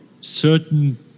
certain